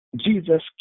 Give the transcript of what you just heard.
Jesus